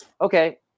okay